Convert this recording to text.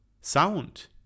Sound